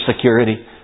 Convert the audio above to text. security